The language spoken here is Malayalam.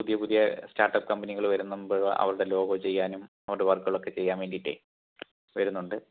പുതിയ പുതിയ സ്റ്റാർട്ട് അപ്പ് കമ്പനികൾ വരുന്നുണ്ട് അവരുടെ ലോഗോ ചെയ്യാനും അവരുടെ വർക്കുകളൊക്കെ ചെയ്യാൻ വേണ്ടിയിട്ടേ വരുന്നുണ്ട്